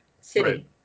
City